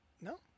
No